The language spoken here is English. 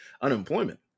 unemployment